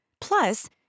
Plus